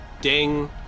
Ding